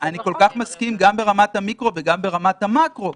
גם ברמת המיקרו וגם ברמת המאקרו.